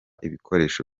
ibikoresho